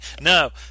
No